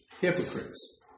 hypocrites